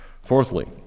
Fourthly